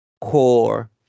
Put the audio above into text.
core